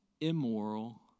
immoral